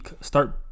start